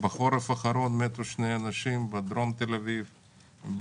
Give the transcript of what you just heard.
בחורף האחרון מתו שני אנשים בדרום תל אביב,